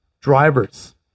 drivers